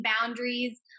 boundaries